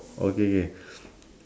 okay K